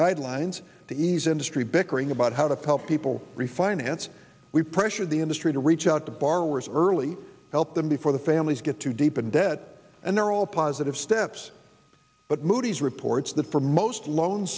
guidelines to ease industry bickering about how to help people refinance we pressure the industry to reach out to borrowers early help them before the families get too deep in debt and there are all positive steps but moody's reports the for most loan